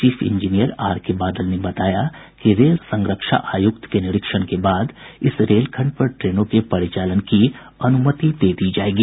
chief engineer R K Badal ने बताया कि रेल संरक्षा आयुक्त के निरीक्षण के बाद इस रेलखंड पर ट्रेनों के परिचालन की अनुमति दे दी जायेगी